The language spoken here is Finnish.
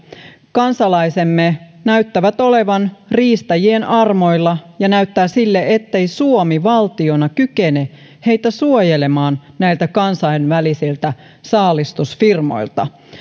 kansalaisemme näyttävät olevan riistäjien armoilla ja näyttää sille ettei suomi valtiona kykene heitä suojelemaan näiltä kansainvälisiltä saalistusfirmoilta